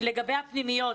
לגבי הפנימיות.